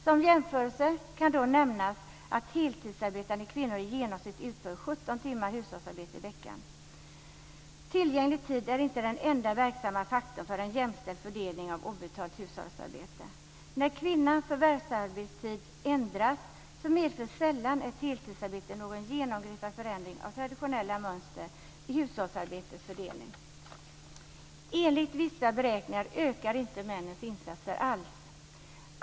Som jämförelse kan nämnas att heltidsarbetande kvinnor i genomsnitt utför 17 timmar hushållsarbete i veckan. Tillgänglig tid är inte den enda verksamma faktorn för en jämställd fördelning av obetalt hushållsarbete. När kvinnans förvärvsarbetstid ändras medför sällan ett heltidsarbete någon genomgripande förändring av traditionella mönster i hushållsarbetets fördelning. Enligt vissa beräkningar ökar inte männens insatser alls.